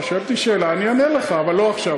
אתה שואל אותי שאלה, אני אענה לך, אבל לא עכשיו.